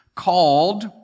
called